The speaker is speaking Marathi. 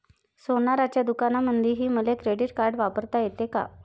सोनाराच्या दुकानामंधीही मले क्रेडिट कार्ड वापरता येते का?